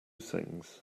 things